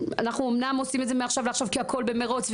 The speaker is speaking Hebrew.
אנחנו אומנם עושים את זה מעכשיו לעכשיו כי הכל במרוץ,